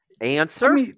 Answer